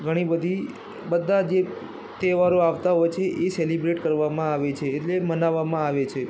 ઘણી બધી બધા જે તહેવારો આવતા હોય છે એ સેલિબ્રેટ કરવામાં આવે છે એટલે મનાવવામાં આવે છે